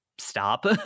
Stop